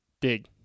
Dig